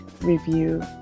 review